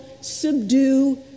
subdue